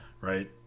right